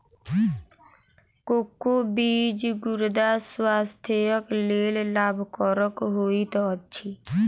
cocoa बीज गुर्दा स्वास्थ्यक लेल लाभकरक होइत अछि